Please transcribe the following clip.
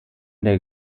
der